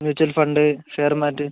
mutual fund share mat